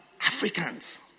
Africans